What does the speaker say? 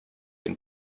den